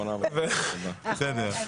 בסדר.